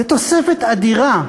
זו תוספת אדירה.